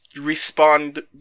respond